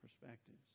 perspectives